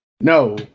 No